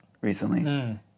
recently